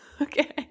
Okay